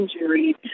injury